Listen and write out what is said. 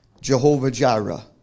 Jehovah-Jireh